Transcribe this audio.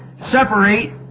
separate